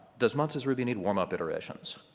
does matz's ruby need warmup iterations?